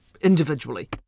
individually